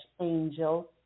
angel